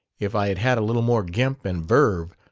if i had had a little more gimp and verve,